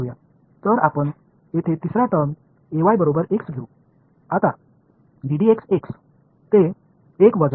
மூன்றாவது டெர்மை இங்கே எடுத்துக்கொள்வோம் Ay என்பது X இப்போது dxdx அதாவது மைனஸ் 1 மற்ற டெர்ம் Ax அது y ஆகும்